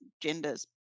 genders